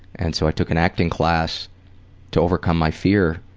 and so i took an acting class to overcome my fear